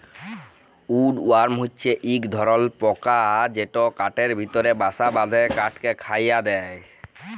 would worm হছে ইক ধরলর পকা যেট কাঠের ভিতরে বাসা বাঁধে কাঠকে খয়ায় দেই